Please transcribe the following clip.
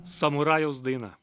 samurajaus daina